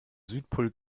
südpol